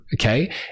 okay